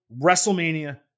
WrestleMania